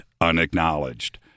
Unacknowledged